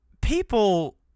people